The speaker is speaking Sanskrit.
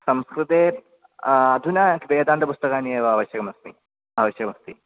संस्कृते अधुना वेदान्तपुस्तकानि एव आवश्यकमस्मि आवश्यकमस्ति